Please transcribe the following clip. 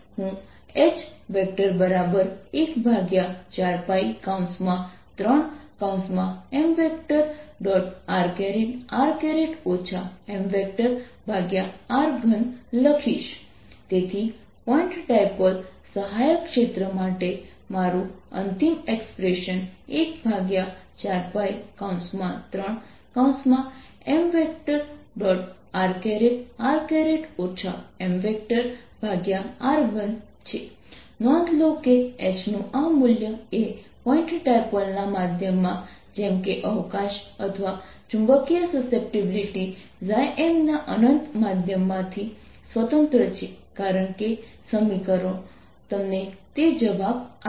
M કરું છું તે H ની ગણતરી માટે જાણે આ ડિસ્ક પર હોય છે તો અહીં પોઝિટિવ ચુંબકીય ચાર્જ છે અને અહીં નેગેટિવ ચુંબકીય ચાર્જ છે